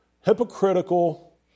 hypocritical